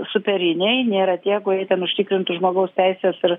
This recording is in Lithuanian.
superiniai nėra tie kurie ten užtikrintų žmogaus teises ir